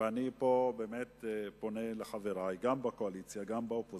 ואני פונה לחברי, גם בקואליציה, גם באופוזיציה: